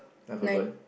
I have a bird